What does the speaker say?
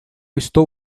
estou